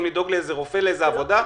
לדאוג עכשיו לאיזה רופא לאיזו עבודה?